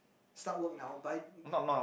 start work now by